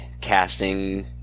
casting